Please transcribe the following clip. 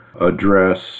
address